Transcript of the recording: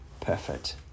perfect